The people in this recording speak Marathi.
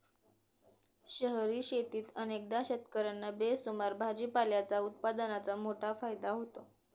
शहरी शेतीत अनेकदा शेतकर्यांना बेसुमार भाजीपाल्याच्या उत्पादनाचा मोठा फायदा होतो